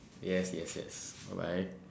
yes yes yes bye bye